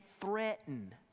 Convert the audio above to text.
threaten